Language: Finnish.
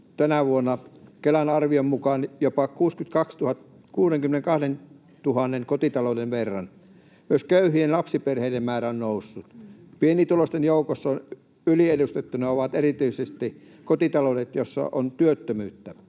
tänä vuonna Kelan arvion mukaan jopa 62 000 kotitalouden verran. Myös köyhien lapsiperheiden määrä on noussut. Pienituloisten joukossa yliedustettuina ovat erityisesti kotitaloudet, joissa on työttömyyttä.